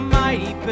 mighty